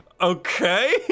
Okay